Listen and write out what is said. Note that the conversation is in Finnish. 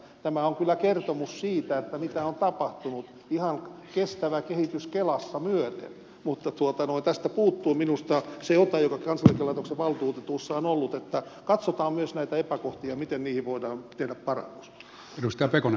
tämä on kyllä kertomus siitä mitä on tapahtunut ihan tätä kestävää kehitystä kelassa myöten mutta tästä puuttuu minusta se ote joka kansaneläkelaitoksen valtuutetuissa on ollut että katsotaan myös näitä epäkohtia miten niihin voidaan tehdä parannus